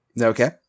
Okay